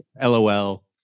LOL